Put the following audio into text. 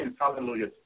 hallelujah